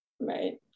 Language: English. right